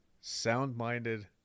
sound-minded